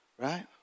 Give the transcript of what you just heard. Right